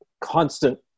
constant